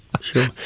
sure